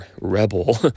rebel